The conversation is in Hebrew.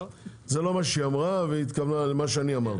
זה לא מה שהיא אמרה והיא התכוונה למה שאני אמרתי.